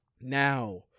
now